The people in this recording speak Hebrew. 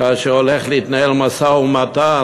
כאשר הולך להתנהל משא-ומתן,